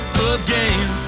again